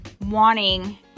wanting